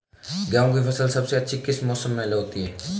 गेंहू की फसल सबसे अच्छी किस मौसम में होती है?